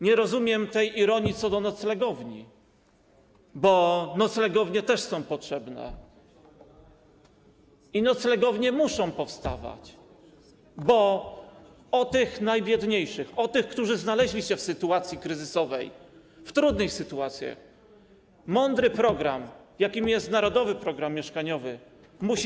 Nie rozumiem tej ironii co do noclegowni, bo noclegownie też są potrzebne i noclegownie muszą powstawać, bo o tych najbiedniejszych, o tych, którzy znaleźli się w sytuacji kryzysowej, w trudnej sytuacji, w mądrym programie, jakim jest Narodowy Program Mieszkaniowy, trzeba też myśleć.